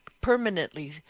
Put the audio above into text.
permanently